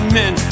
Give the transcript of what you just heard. men